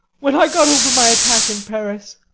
when i got over my attack in paris,